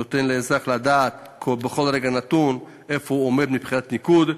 נותן לאזרח לדעת בכל רגע נתון איפה הוא עומד מבחינת הניקוד,